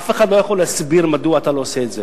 אף אחד לא יכול להסביר מדוע אתה לא עושה את זה.